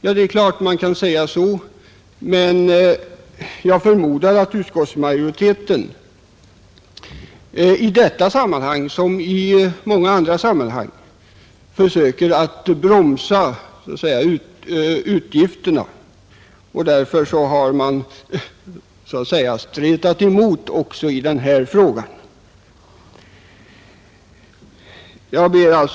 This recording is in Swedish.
Givetvis kan man säga så, men jag förmodar att utskottsmajoriteten i detta som i många andra sammanhang försöker bromsa utgifterna och därför har stretat emot också i den här frågan. Herr talman!